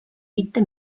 mitte